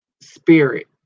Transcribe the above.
spirit